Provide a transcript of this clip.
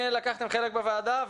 לקחתם חלק בוועדה,